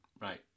right